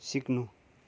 सिक्नु